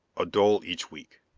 a dole each week.